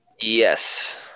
Yes